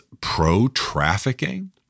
pro-trafficking